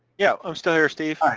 yeah, i'm still here steve. alright.